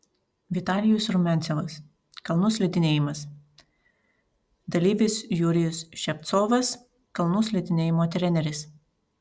vitalijus rumiancevas kalnų slidinėjimas dalyvis jurijus ševcovas kalnų slidinėjimo treneris